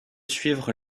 suivre